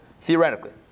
theoretically